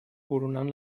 coronant